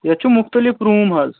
یَتھ چھُ مُختلف روٗم حظ